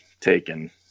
taken